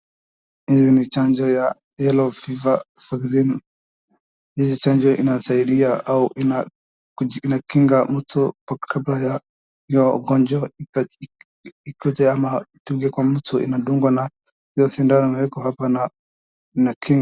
Hizi ni chanjo ya Yello Fever vaccine , hizi chanjo inasaidia au inakinga mtu kabla ya ugonjwa ikuje ama kuingia kwa mtu unadungwa ama hio sindano naekwa hapa na kinga.